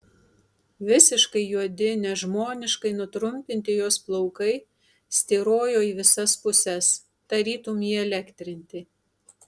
visiškai juodi nežmoniškai nutrumpinti jos plaukai styrojo į visas puses tarytum įelektrinti